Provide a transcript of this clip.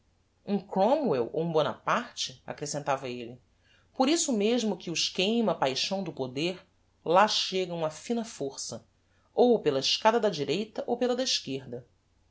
toucados um cromwell ou um bonaparte acrescentava elle por isso mesmo que os queima a paixão do poder lá chegam á fina força ou pela escada da direita ou pela da esquerda